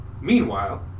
Meanwhile